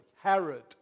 Herod